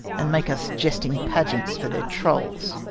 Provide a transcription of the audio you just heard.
and make us jesting pageants for their trulls.